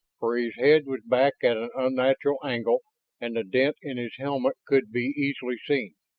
for his head was back at an unnatural angle and the dent in his helmet could be easily seen.